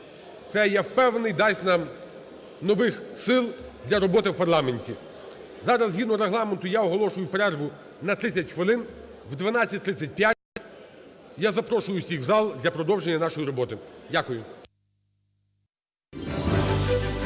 це, я впевнений, дасть нам нових сил для роботи в парламенті. Зараз згідно Регламенту я оголошую перерву на 30 хвилин. О 12:35 я запрошую всіх в зал для продовження нашої роботи. Дякую.